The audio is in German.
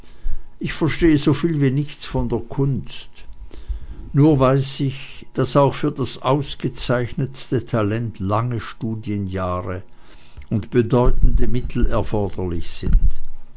ich verstehe soviel wie nichts von der kunst nur weiß ich daß auch für das ausgezeichnetste talent lange studienjahre und bedeutende mittel erforderlich sind